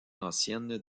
anciennes